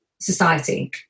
society